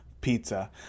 pizza